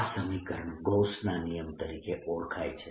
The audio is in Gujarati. આ સમીકરણ ગૌસના નિયમ Gauss's law તરીકે ઓળખાય છે